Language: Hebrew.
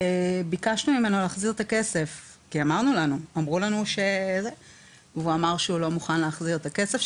ביקשנו ממנו להחזיר את הכסף אבל הוא אמר שהוא לא מוכן להחזיר את הכסף,